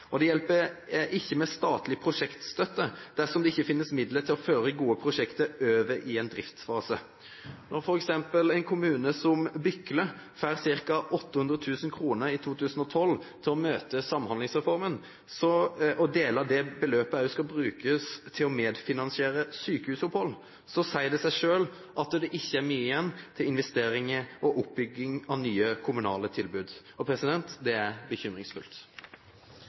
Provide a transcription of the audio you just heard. investeringskostnader. Det hjelper ikke med statlig prosjektstøtte dersom det ikke finnes midler til å føre gode prosjekter over i en driftsfase. Når en kommune som f.eks. Bykle får ca. 800 000 kr i 2012 til å møte Samhandlingsreformen, og deler av dette beløpet skal brukes til å medfinansiere sykehusopphold, sier det seg selv at det ikke er mye igjen til investeringer og oppbygging av nye kommunale tilbud. Det er bekymringsfullt.